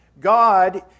God